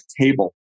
table